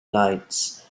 nights